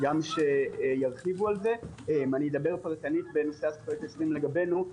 אני אדבר פרטנית לגבי זכויות היוצרים לגבינו.